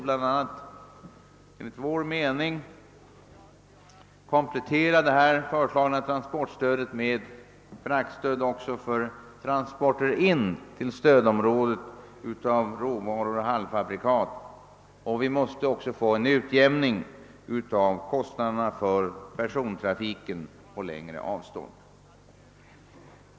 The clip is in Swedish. Enligt vår mening måste det föreslagna transportstödet kompletteras bl.a. med ett fraktstöd också för transporter in till stödområdet av råvaror och halvfabrikat och även en utjämning av kostnaderna för persontrafiken på längre avstånd.